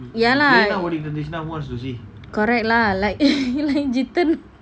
ya lah correct lah like Jithin